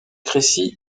crécy